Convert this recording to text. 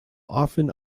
often